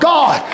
God